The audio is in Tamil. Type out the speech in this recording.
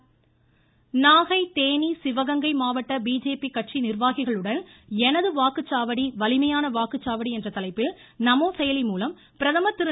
நமோ செயலி நாகை மற்றும் தேனி சிவகங்கை மாவட்ட பிஜேபி கட்சி நிர்வாகிகளுடன் எனது வாக்குச்சாவடி வலிமையான வாக்குச்சாவடி என்ற தலைப்பில் நமோ செயலி மூலம் பிரதமர் திரு